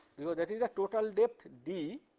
you know that is the total depth d,